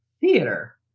theater